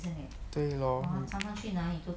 对 lor